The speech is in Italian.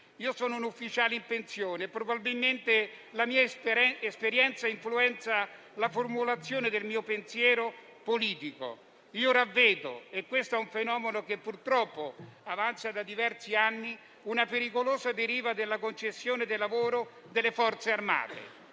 Sono un ufficiale in pensione e probabilmente la mia esperienza influenza la formulazione del mio pensiero politico. Ora vedo - e questo è un fenomeno che purtroppo avanza da diversi anni - una pericolosa deriva della concezione del lavoro delle Forze armate.